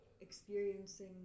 experiencing